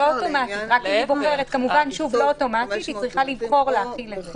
זה לא אוטומטית, היא צריכה לבחור להחיל את זה.